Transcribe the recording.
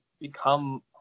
become